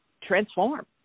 transform